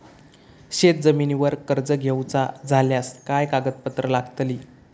शेत जमिनीवर कर्ज घेऊचा झाल्यास काय कागदपत्र लागतली?